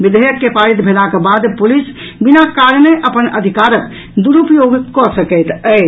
विधेयक के पारित भेलाक बाद पुलिस बिना कारणे अपन अधिकारक दुरूपयोग कऽ सकैत अछि